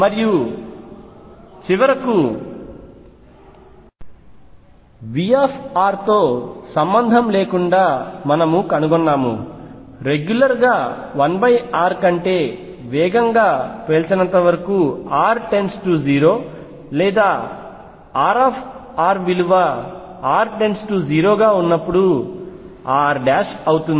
మరియు చివరకు V తో సంబంధం లేకుండా మనము కనుగొన్నాము రెగ్యులర్ గా 1r కంటే వేగంగా పేల్చనంత వరకు r 0 లేదా R విలువ r → 0 గా ఉన్నప్పుడు rl అవుతుంది